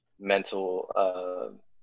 mental